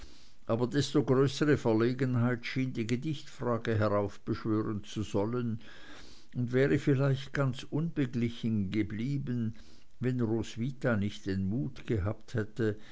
aber desto größere verlegenheit schien die gedichtfrage heraufbeschwören zu sollen und wäre vielleicht ganz unbeglichen geblieben wenn roswitha nicht den mut gehabt hätte